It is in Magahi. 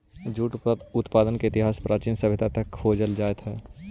जूट उत्पादन के इतिहास प्राचीन सभ्यता तक में खोजल जाइत हई